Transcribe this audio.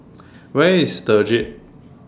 Where IS The Jade